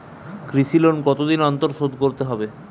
কৃষি লোন কতদিন অন্তর শোধ করতে হবে?